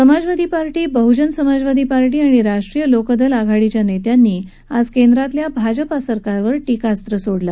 समाजवादी पक्ष बहुजन समाजवादी पक्ष आणि राष्ट्रीय लोकदल आघाडीच्या नख्यांनी आज केंद्रातल्या भाजपा सरकारवर टीकास्त्र सोडलं